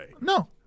No